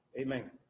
Amen